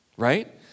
right